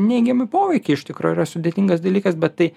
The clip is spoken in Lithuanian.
neigiami poveikiai iš tikro yra sudėtingas dalykas bet tai